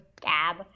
cab